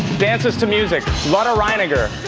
dances to music. lotte reiniger,